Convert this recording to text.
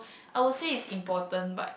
I would say is important but